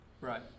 Right